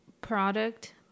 product